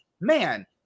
Man